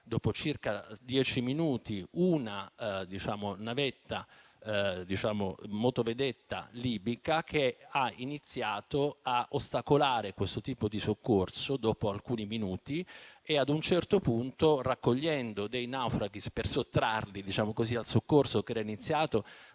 dopo circa dieci minuti, è arrivata una motovedetta libica che ha iniziato a ostacolare quel tipo di soccorso e ad un certo punto, raccogliendo dei naufraghi per sottrarli al soccorso iniziato